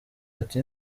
ati